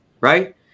right